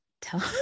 tell